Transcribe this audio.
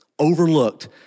overlooked